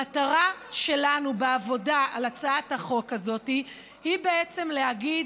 המטרה שלנו בעבודה על הצעת החוק הזאת היא בעצם להגיד: